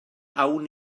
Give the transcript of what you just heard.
awn